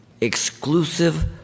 exclusive